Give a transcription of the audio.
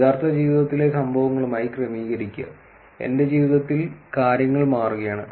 യഥാർത്ഥ ജീവിതത്തിലെ സംഭവങ്ങളുമായി ക്രമീകരിക്കുക എന്റെ ജീവിതത്തിൽ കാര്യങ്ങൾ മാറുകയാണ്